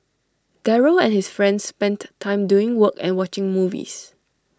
Daryl and his friends spent time doing work and watching movies